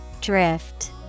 Drift